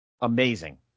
Amazing